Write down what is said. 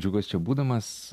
džiaugiuos čia būdamas